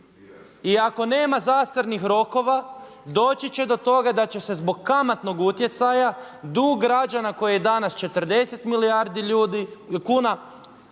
I ako nema zastarnih rokova, doći će do toga da će se zbog kamatnog utjecaja dug građana koji je danas 40 milijardi kuna,